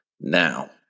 Now